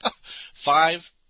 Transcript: Five